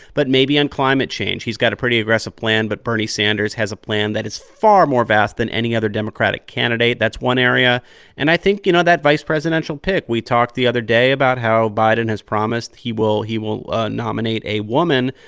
but maybe on climate change he's got a pretty aggressive plan, but bernie sanders has a plan that is far more vast than any other democratic candidate. that's one area and i think, you know, that vice presidential pick we talked the other day about how biden has promised he will he will nominate a woman.